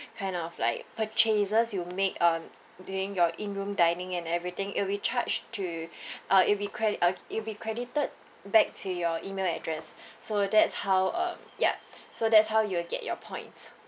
kind of like purchases you make um during your in room dining and everything it will be charged to uh it will be credit uh it will be credited back to your email address so that's how um ya so that's how you'll get your points